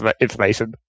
information